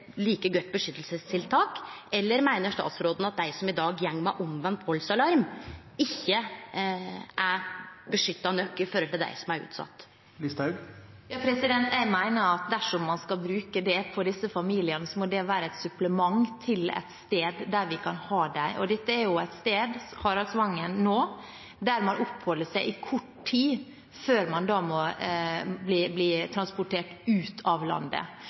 like godt tiltak for å beskytte, eller meiner statsråden at dei som i dag går med omvend valdsalarm, ikkje er beskytta nok i forhold til dei som er utsette? Jeg mener at dersom man skal bruke det på disse familiene, må det være som et supplement til et sted der vi kan ha dem, og det er jo et sted nå, Haraldvangen, der man oppholder seg i kort tid før man blir transportert ut av landet.